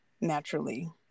naturally